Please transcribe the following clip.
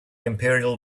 imperial